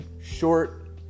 short